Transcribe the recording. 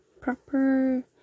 proper